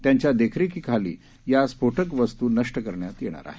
त्यांच्या देखरेखीखाली या स्फोटक वस्तू नष्ट करण्यात येणार आहेत